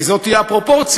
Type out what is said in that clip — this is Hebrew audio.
כי זאת תהיה הפרופורציה,